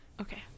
Okay